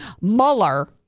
Mueller